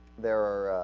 there are